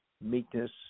meekness